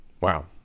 Wow